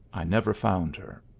i never found her.